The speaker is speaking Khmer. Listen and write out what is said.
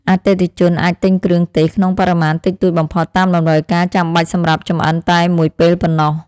អតិថិជនអាចទិញគ្រឿងទេសក្នុងបរិមាណតិចតួចបំផុតតាមតម្រូវការចាំបាច់សម្រាប់ចម្អិនតែមួយពេលប៉ុណ្ណោះ។